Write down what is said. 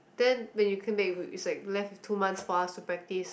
then when you came back it's like left with two months for us to practise